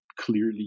clearly